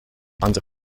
under